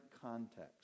context